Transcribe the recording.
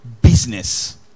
business